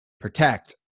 protect